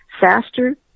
Faster